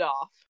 off